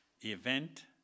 event